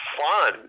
fun